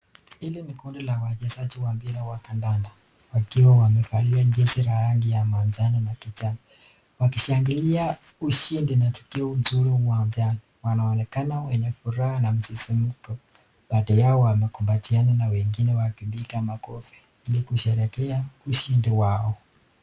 Hili ni kundi la wachezaji wa mpira wa kandanda wakiwa wamevalia jesi ya rangi ya manjano ba kijani wakishangilia ushindi na tukio nzuri uwanjani. wanaonekana wenye furaha na msisimuko baadhi yao wamekumbatiana na wengine wakipiga makofi ili kusherekea ushindi wao.